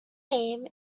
name